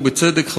ובצדק,